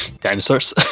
dinosaurs